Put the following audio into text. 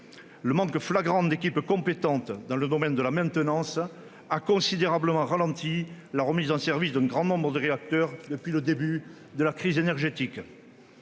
Le manque flagrant d'équipes compétentes dans le domaine de la maintenance a considérablement ralenti la remise en service de nombreux réacteurs depuis le début de la crise énergétique.